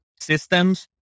systems